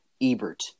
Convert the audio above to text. Ebert